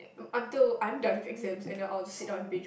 until I'm done with exams and then I will just sit down and binge